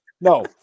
No